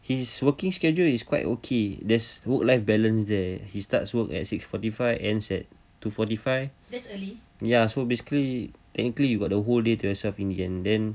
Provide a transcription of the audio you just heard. his working schedule is quite okay there's work life balance there he starts work at six forty five ends at two forty five ya so basically technically you got the whole day to yourself in the end